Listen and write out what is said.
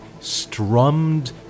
strummed